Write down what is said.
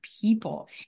people